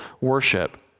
worship